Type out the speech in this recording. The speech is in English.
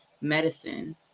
medicine